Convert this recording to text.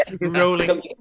rolling